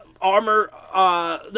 armor